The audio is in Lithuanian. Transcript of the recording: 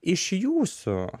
iš jūsų